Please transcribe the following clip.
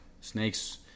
Snakes